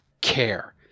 care